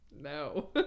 no